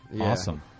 Awesome